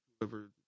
whoever